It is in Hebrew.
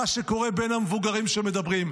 של מה שקורה בין המבוגרים שמדברים.